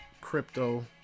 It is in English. crypto